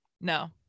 No